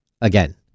again